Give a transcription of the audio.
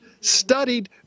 studied